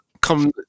come